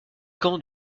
quand